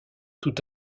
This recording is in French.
tout